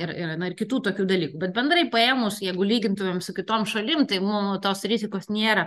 ir yra na ir kitų tokių dalykų bet bendrai paėmus jeigu lygintumėm su kitom šalim tai mum tos rizikos nėra